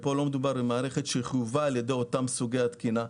ופה לא מדובר במערכת שחויבה על ידי אותו סוג תקינה.